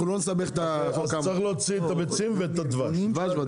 צריך להוציא את הביצים ואת הדבש.